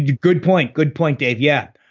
good point. good point, dave. yeah.